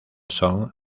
son